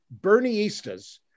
Bernieistas